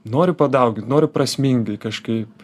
noriu padaugin noriu prasmingai kažkaip